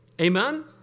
Amen